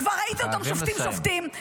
-- כבר ראיתי אותם שופטים שופטים.